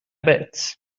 bit